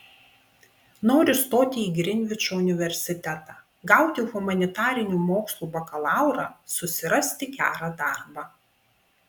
noriu stoti į grinvičo universitetą gauti humanitarinių mokslų bakalaurą susirasti gerą darbą